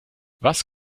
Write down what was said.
was